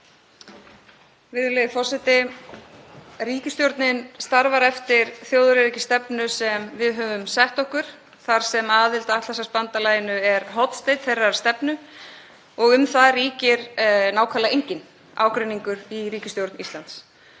Virðulegi forseti. Ríkisstjórnin starfar eftir þjóðaröryggisstefnu sem við höfum sett okkur þar sem aðild að Atlantshafsbandalaginu er hornsteinn þeirrar stefnu og um það ríkir nákvæmlega enginn ágreiningur í ríkisstjórn Íslands.